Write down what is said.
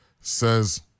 says